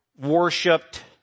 worshipped